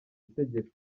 itegeko